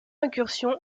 incursion